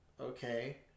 okay